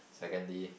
secondly